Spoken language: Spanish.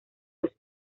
los